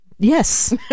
Yes